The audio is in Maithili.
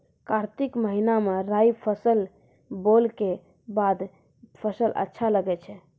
कार्तिक महीना मे राई फसल बोलऽ के बाद फसल अच्छा लगे छै